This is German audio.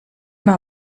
war